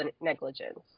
negligence